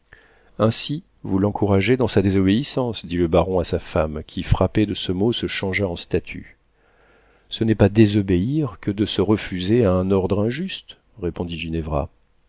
ainsi vous l'encouragez dans sa désobéissance dit le baron à sa femme qui frappée de ce mot se changea en statue ce n'est pas désobéir que de se refuser à un ordre injuste répondit